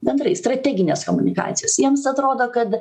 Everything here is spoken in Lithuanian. bendrai strateginės komunikacijos jiems atrodo kad